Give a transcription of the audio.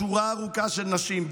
שורה ארוכה של נשים,